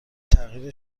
تغییر